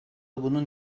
bunun